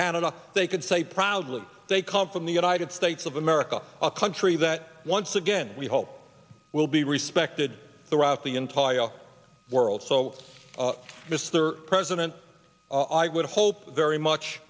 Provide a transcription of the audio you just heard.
canada they could say proudly they come from the united states of america a country that once again we hope will be respected throughout the entire world so mr president i would hope very much